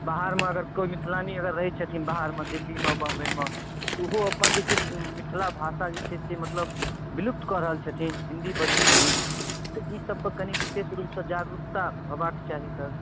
बाहरमे अगर कोइ मैथिलानी अगर रहै छथिन बाहरमे दिल्लीमे बम्बइमे ओहो अपन जे छै से मिथिला भाषा जे छै से मतलब विलुप्त कऽ रहल छथिन हिन्दी बजै छथिन तऽ ईसबपर कनि विशेष रूपसँ जागरूकता होएबाक चाही सर